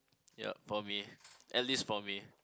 ya for me at least for me